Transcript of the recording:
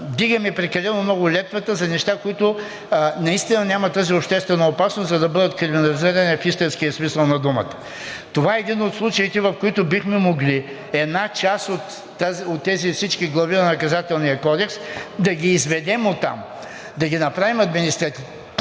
вдигаме прекалено много летвата за неща, които наистина нямат тази обществена опасност, за да бъдат криминализирани в истинския смисъл на думата. Това е един от случаите, в които бихме могли, една част от тези всички глави на Наказателния кодекс да ги изведем оттам – да ги направим административни